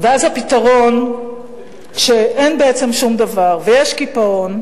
ואז הפתרון, כשאין בעצם שום דבר, ויש קיפאון,